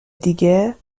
دیگه